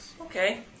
Okay